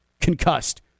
concussed